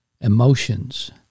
emotions